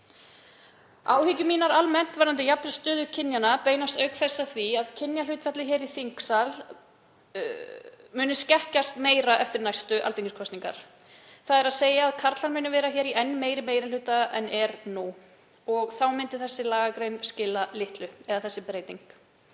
Áhyggjur mínar almennt varðandi jafna stöðu kynjanna beinast auk þess að því að kynjahlutfallið hér í þingsal muni skekkjast meira eftir næstu alþingiskosningar, þ.e. að karlar verði hér í enn meiri meiri hluta en nú og þá myndi þessi lagagrein skila litlu eða þessi breyting.